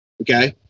Okay